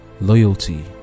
loyalty